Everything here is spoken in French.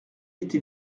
était